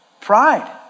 Pride